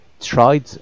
tried